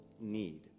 need